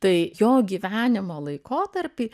tai jo gyvenimo laikotarpy